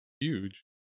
huge